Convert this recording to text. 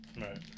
Right